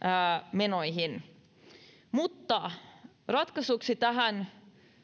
menoihin mutta ratkaisuksi tähän